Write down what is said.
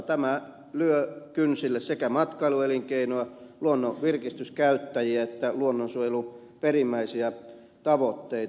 tämä lyö kynsille sekä matkailuelinkeinoa luonnon virkistyskäyttäjiä että luonnonsuojelun perimmäisiä tavoitteita